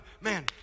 Man